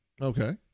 Okay